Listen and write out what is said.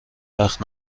وقت